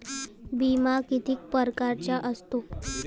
बिमा किती परकारचा असतो?